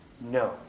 No